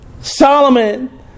Solomon